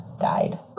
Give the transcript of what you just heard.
died